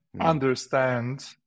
understand